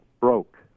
broke